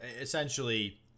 essentially